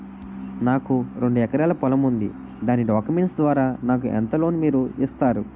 నాకు రెండు ఎకరాల పొలం ఉంది దాని డాక్యుమెంట్స్ ద్వారా నాకు ఎంత లోన్ మీరు ఇస్తారు?